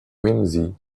whimsy